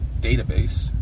database